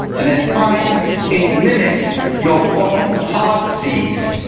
and at times it mimics your own heartbeat.